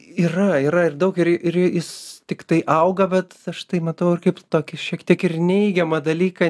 yra yra ir daug ir ir jis tiktai auga bet aš tai matau kaip tokį šiek tiek ir neigiamą dalyką